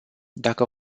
dacă